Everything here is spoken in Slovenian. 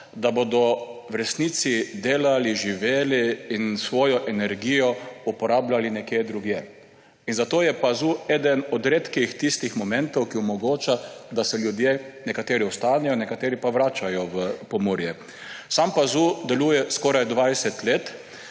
da bodo v resnici delali, živeli in svojo energijo uporabljali nekje drugje. In zato je PAZU eden od redkih momentov, ki omogočajo, da nekateri ljudje ostanejo, nekateri pa se vračajo v Pomurje. Sam PAZU deluje skoraj 20 let.